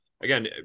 again